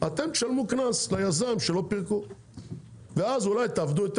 אתם תשלמו קנס ליזם ואז אולי תעבדו יותר